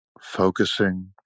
Focusing